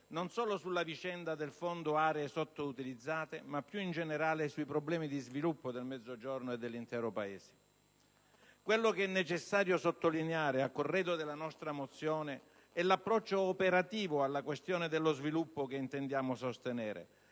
non solo sulla vicenda del Fondo per le aree sottoutilizzate, ma più in generale sui problemi di sviluppo del Mezzogiorno e dell'intero Paese. Quello che è necessario sottolineare a corredo della nostra mozione, è l'approccio operativo alla questione dello sviluppo che intendiamo sostenere: